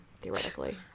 theoretically